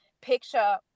picture